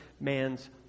man's